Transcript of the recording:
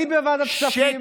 אני בוועדת כספים.